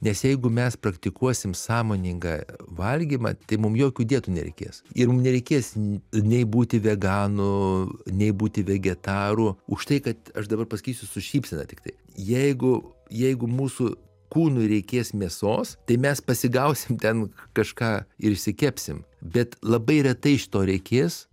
nes jeigu mes praktikuosim sąmoningą valgymą tai mum jokių dietų nereikės ir mum nereikės nei būti veganu nei būti vegetaru už tai kad aš dabar pasakysiu su šypsena tiktai jeigu jeigu mūsų kūnui reikės mėsos tai mes pasigausim ten kažką ir išsikepsim bet labai retai šito reikės